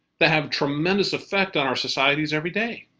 they have tremendous effect on our societies every day.